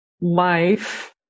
life